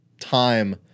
Time